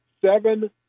Seven